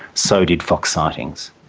so did fox sightings.